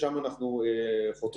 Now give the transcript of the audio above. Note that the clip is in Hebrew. לשם אנחנו חותרים.